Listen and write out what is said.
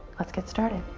let's get started